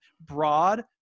broad